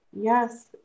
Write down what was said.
Yes